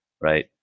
Right